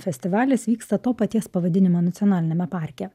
festivalis vyksta to paties pavadinimo nacionaliniame parke